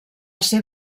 ser